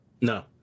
No